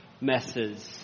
messes